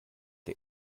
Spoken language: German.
der